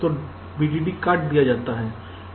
तो VDD काट दिया जाता है